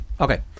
Okay